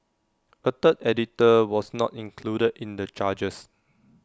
A third editor was not included in the charges